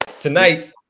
tonight